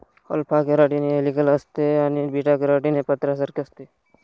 alpha keratin हे helical असते आणि बीटा केराटीन हे पत्र्यासारखे असते